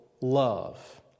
love